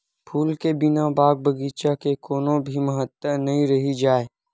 फूल के बिना बाग बगीचा के कोनो भी महत्ता नइ रहि जाए